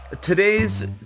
Today's